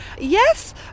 yes